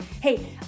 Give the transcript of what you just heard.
Hey